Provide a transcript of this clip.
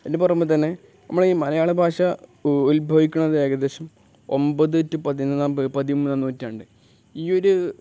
അതിനു പുറമേ തന്നെ നമ്മളീ ഈ മലയാള ഭാഷ ഉത്ഭവിക്കുന്നത് ഏകദേശം ഒൻപത് ടു പതിനൊന്നാം പതിമൂന്നാം നൂറ്റാണ്ട് ഈയൊരു